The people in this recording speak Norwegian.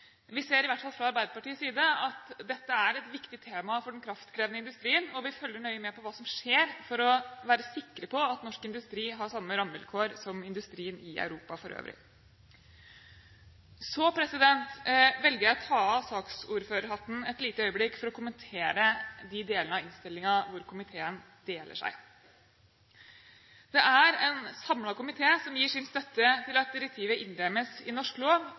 Vi ser i hvert fall fra Arbeiderpartiets side at dette er et viktig tema for den kraftkrevende industrien, og vi følger nøye med på hva som skjer, for å være sikre på at norsk industri har samme rammevilkår som industrien i Europa for øvrig. Så velger jeg å ta av saksordførerhatten et lite øyeblikk for å kommentere de delene av innstillingen hvor komiteen deler seg. Det er en samlet komité som gir sin støtte til at direktivet innlemmes i norsk lov,